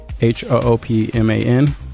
h-o-o-p-m-a-n